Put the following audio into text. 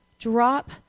Drop